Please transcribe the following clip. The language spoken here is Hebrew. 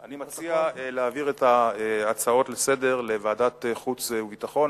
אני מציע להעביר את ההצעות לסדר-היום לוועדת חוץ וביטחון.